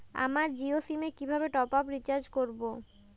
আমার জিও সিম এ কিভাবে টপ আপ রিচার্জ করবো?